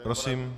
Prosím.